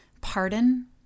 Pardon